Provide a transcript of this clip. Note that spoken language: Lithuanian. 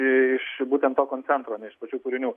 š būtent to koncentro ne iš pačių kūrinių